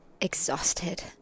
exhausted